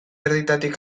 erdietatik